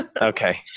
Okay